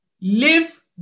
live